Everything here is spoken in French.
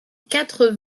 quatre